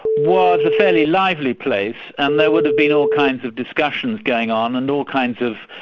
was a fairly lively place, and there would have been all kinds of discussions going on and all kinds of,